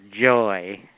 Joy